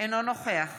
אינו נוכח